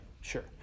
sure